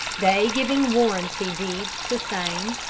they giving warranty deeds to same,